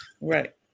Right